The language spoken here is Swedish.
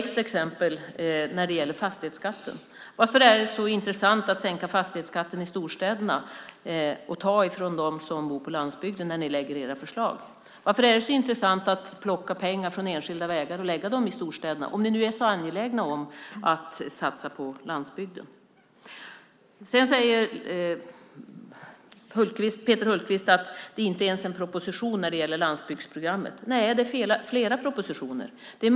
Låt mig ta fastighetsskatten som exempel. Varför är det så intressant att sänka fastighetsskatten i storstäderna och ta från dem som bor på landsbygden när ni lägger fram era förslag? Varför är det så intressant att plocka pengar från enskilda vägar och lägga dem i storstäderna, om ni nu är så angelägna att satsa på landsbygden? Peter Hultqvist säger att landsbygdsprogrammet inte ens är en proposition. Nej, det är flera propositioner.